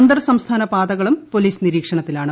അന്തർസംസ്ഥാന പാതകളും പോലീസ് നിരീക്ഷണത്തിലാണ്